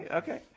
okay